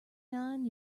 nine